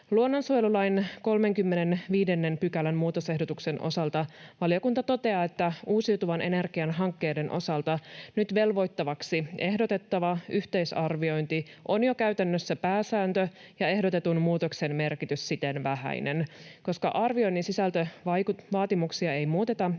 Luonnonsuojelulain 35 §:n muutosehdotuksen osalta valiokunta toteaa, että uusiutuvan energian hankkeiden osalta nyt velvoittavaksi ehdotettava yhteisarviointi on jo käytännössä pääsääntö ja ehdotetun muutoksen merkitys siten vähäinen. Koska arvioinnin sisältövaatimuksia ei muuteta,